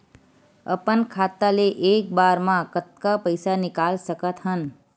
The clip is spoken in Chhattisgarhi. अपन खाता ले एक बार मा कतका पईसा निकाल सकत हन?